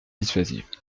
dissuasive